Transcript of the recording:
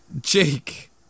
Jake